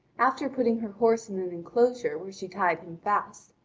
after putting her horse in an enclosure where she tied him fast,